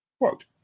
Quote